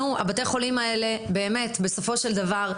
בתי החולים האלה בסופו של דבר,